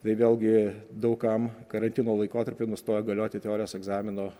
tai vėlgi daug kam karantino laikotarpiu nustojo galioti teorijos egzamino